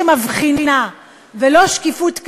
לא שקיפות שמבחינה,